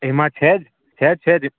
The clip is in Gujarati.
એમાં છે જ છે જ છે જ